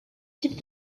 types